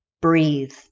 breathe